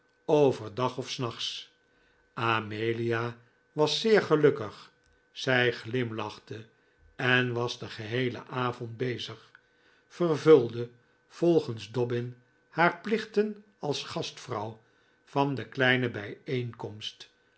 overdag of s nachts amelia was zeer gelukkig zij glimlachte en was den geheelen avond bezig vervulde volgens dobbin haar plichten als gastvrouw van de